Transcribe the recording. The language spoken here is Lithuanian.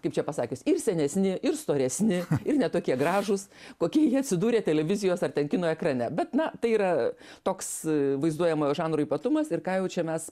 kaip čia pasakius ir senesni ir storesni ir ne tokie gražūs kokie jie atsidūrė televizijos ar ten kino ekrane bet na tai yra toks vaizduojamojo žanro ypatumas ir ką jau čia mes